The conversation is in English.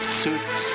suits